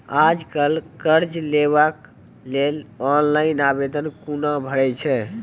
आज कल कर्ज लेवाक लेल ऑनलाइन आवेदन कूना भरै छै?